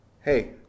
hey